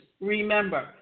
Remember